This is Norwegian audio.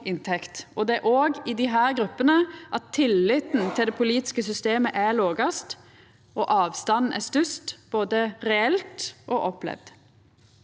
og det er i desse gruppene at tilliten til det politiske systemet er lågast og avstanden størst, både reelt og opplevd.